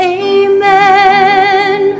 amen